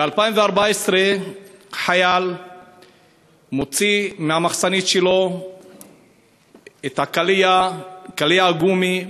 ב-2014 חייל מוציא מהמחסנית שלו קליע גומי,